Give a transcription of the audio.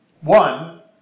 One